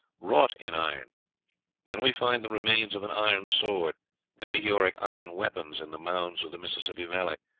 wrought in iron and we find the remains of an iron sword and meteoric iron weapons in the mounds of the mississippi valley,